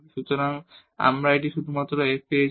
সুতরাং আমরা শুধু এই f লিখেছি